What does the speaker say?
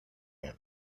him